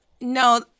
No